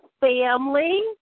family